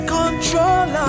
control